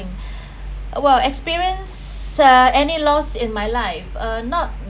well experience uh any loss in my life uh not